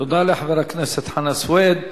תודה לחבר הכנסת חנא סוייד.